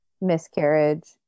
miscarriage